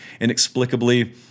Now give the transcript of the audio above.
inexplicably